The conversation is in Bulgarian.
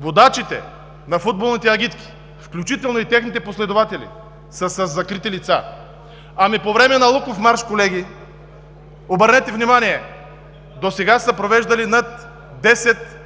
водачите на футболните агитки, като включително и техните последователи са със закрити лица? Ами по време на Луков марш, колеги? Обърнете внимание, че досега са се провеждали над десет